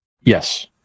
Yes